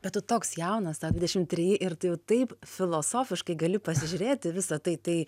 bet tu toks jaunas tau dvidešimt treji ir tu jau taip filosofiškai gali pasižiūrėti į visą tai tai